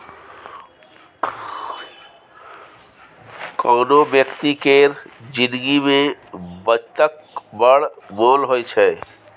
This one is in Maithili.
कोनो बेकती केर जिनगी मे बचतक बड़ मोल होइ छै